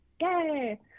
Yay